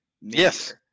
Yes